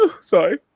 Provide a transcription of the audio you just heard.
sorry